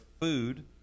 food